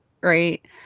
right